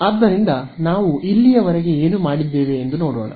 ಆದ್ದರಿಂದ ನಾವು ಇಲ್ಲಿಯವರೆಗೆ ಏನು ಮಾಡಿದ್ದೇವೆ ಎಂದು ನೋಡೋಣ